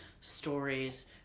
stories